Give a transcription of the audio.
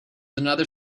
another